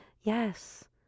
yes